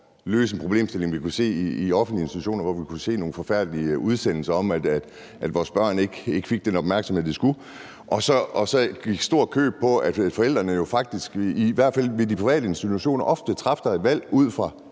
løse en problemstilling, vi kunne se i offentlige institutioner – vi kunne se nogle forfærdelige udsendelser om, at vores børn ikke fik den opmærksomhed, de skulle have – og hvor man så ser stort på, at forældrene, i hvert fald i de private institutioner, ofte træffer et valg ud fra